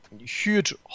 huge